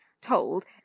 told